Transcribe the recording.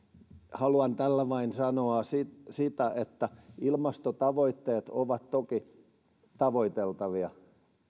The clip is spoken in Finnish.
haluan tällä vain sanoa sitä sitä että ilmastotavoitteet ovat toki tavoiteltavia